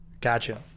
Gotcha